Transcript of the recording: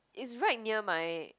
is right near my